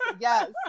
yes